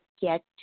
get